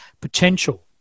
potential